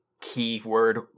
keyword